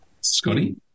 Scotty